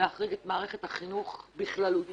להחריג את מערכת החינוך בכללותה,